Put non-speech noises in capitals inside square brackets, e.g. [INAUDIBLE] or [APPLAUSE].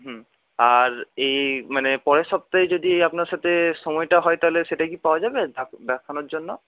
হুম আর এই মানে পরের সপ্তাহে যদি আপনার সাথে সময়টা হয় তাহলে সেটাই কি পাওয়া যাবে [UNINTELLIGIBLE] দেখানোর জন্য